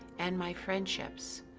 and my friendships,